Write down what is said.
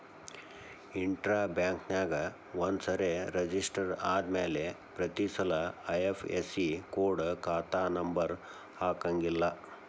intra ಬ್ಯಾಂಕ್ನ್ಯಾಗ ಒಂದ್ಸರೆ register ಆದ್ಮ್ಯಾಲೆ ಪ್ರತಿಸಲ ಐ.ಎಫ್.ಎಸ್.ಇ ಕೊಡ ಖಾತಾ ನಂಬರ ಹಾಕಂಗಿಲ್ಲಾ